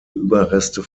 überreste